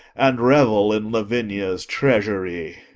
and revel in lavinia's treasury.